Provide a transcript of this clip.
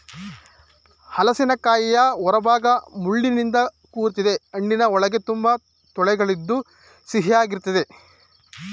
ಹಲಸಿನಕಾಯಿಯ ಹೊರಭಾಗ ಮುಳ್ಳಿನಿಂದ ಕೂಡಿರ್ತದೆ ಹಣ್ಣಿನ ಒಳಗೆ ತುಂಬಾ ತೊಳೆಗಳಿದ್ದು ಸಿಹಿಯಾಗಿರ್ತದೆ